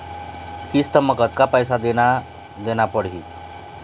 किस्त म कतका पैसा देना देना पड़ही?